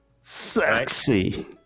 Sexy